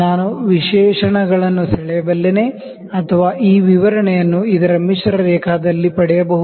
ನಾನು ವಿಶೇಷಣಗಳನ್ನು ಸೆಳೆಯಬಲ್ಲೆನೆ ಅಥವಾ ಈ ವಿವರಣೆಯನ್ನು ಇದರ ಮಿಶ್ರ ರೇಖಾಚಿತ್ರದಲ್ಲಿ ಪಡೆಯಬಹುದೇ